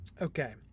okay